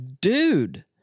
dude